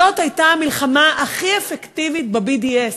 זאת הייתה המלחמה הכי אפקטיבית ב-BDS,